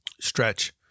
stretch